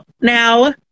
now